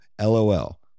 LOL